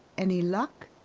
any luck?